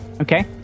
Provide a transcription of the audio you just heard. Okay